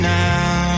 now